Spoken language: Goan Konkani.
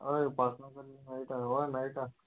हय मेळटा हय मेळटा